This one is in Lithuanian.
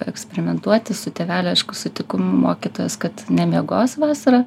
eksperimentuoti su tėvelių aišku sutikimu mokytojos kad nemiegos vasarą